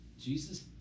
Jesus